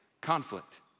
conflict